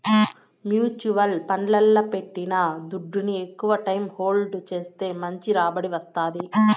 mutual ఫండ్లల్ల పెట్టిన దుడ్డుని ఎక్కవ టైం హోల్డ్ చేస్తే మంచి రాబడి వస్తాది